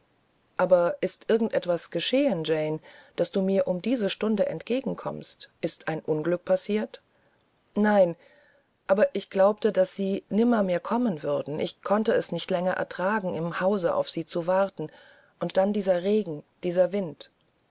aber ist irgend etwas geschehen jane daß du mir um diese stunde entgegenkommst ist ein unglück passiert nein aber ich glaubte daß sie nimmermehr kommen würden ich konnte es nicht länger ertragen im hause auf sie zu warten und dann dieser regen dieser wind